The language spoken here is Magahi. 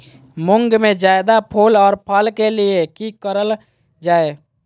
मुंग में जायदा फूल और फल के लिए की करल जाय?